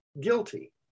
Guilty